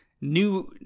new